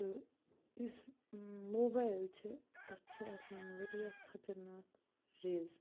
تہٕ یُس موبایِل چھِ اَتھ چھِ آسان واریاہ خَطرناک ریزٕ